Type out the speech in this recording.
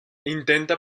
intenta